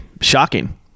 shocking